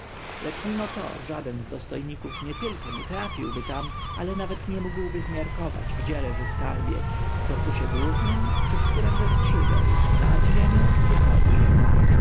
lecz mimo to żaden z dostojników nietylko nie trafiłby tam ale nawet nie mógł zmiarkować gdzie leży skarbiec w korpusie głównym czy w którem ze skrzydeł nad ziemią czy pod ziemią